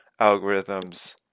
algorithms